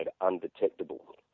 undetectable